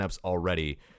already